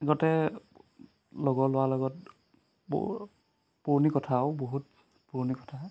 আগতে লগৰ ল'ৰাৰ লগত পুৰণি কথাও বহুত পুৰণি কথা